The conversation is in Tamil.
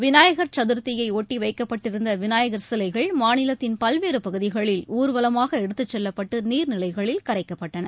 விநாயகர் சதர்த்தியை ஒட்டி வைக்கப்பட்டிருந்த விநாயகர் சிலைகள் மாநிலத்தின் பல்வேறு பகுதிகளில் ஊர்வலமாக எடுத்துச்செல்லப்பட்டு நீர்நிலைகளில் கரைக்கப்ப்ட்டன